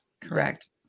Correct